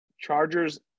Chargers